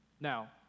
Now